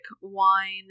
wine